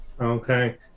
okay